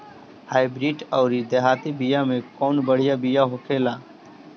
Hybrid अउर देहाती बिया मे कउन बढ़िया बिया होखेला?